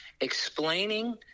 explaining